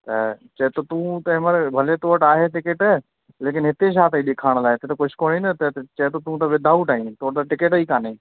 त चवे थो तूं त हिन महिल भले तो वटि आहे टिकेट लेकिनि हिते छा अथई ॾेखारण लाइ हिते त कुझु कोन्हे न चवे थो तूं त विदाउट आहीं तो वटि त टिकेट ई कान्हे